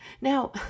Now